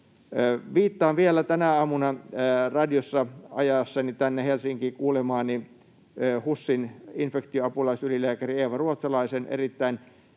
Viittaan vielä tänä aamuna ajaessani tänne Helsinkiin radiosta kuulemaani HUSin infektioapulaisylilääkärin Eeva Ruotsalaisen erittäin